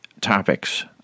topics